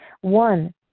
One